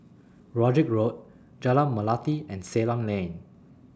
Road Jack Road Jalan Melati and Ceylon Lane